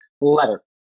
letter